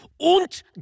Und